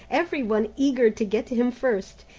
every one eager to get to him first.